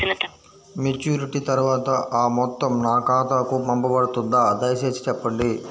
Maturity తర్వాత ఆ మొత్తం నా ఖాతాకు పంపబడుతుందా? దయచేసి చెప్పండి?